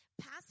Pass